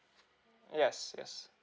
yes yes